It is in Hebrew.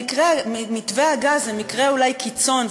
שמתווה הגז הוא אולי מקרה קיצון,